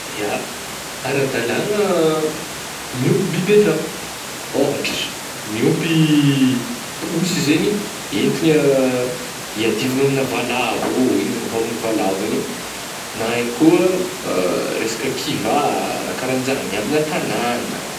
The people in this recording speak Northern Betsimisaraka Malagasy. Ya, ara-dalàgna miompy biby an-tragno ôhatra miompy posy zegny entigna ah iadivagna aminah valavo ôh, igny zany hômagna valavo igny, na ihany koa resaka kivà raha karahan'jagny miambigna tagnàna.